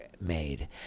made